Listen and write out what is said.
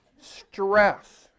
Stress